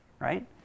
Right